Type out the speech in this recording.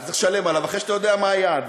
אז צריך לשלם עליו אחרי שאתה יודע מה היעד,